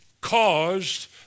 caused